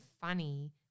funny